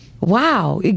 Wow